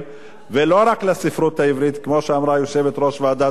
ולא רק לספרות העברית כמו שאמרה יושבת-ראש ועדת החינוך,